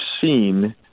seen